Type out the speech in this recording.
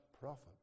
prophet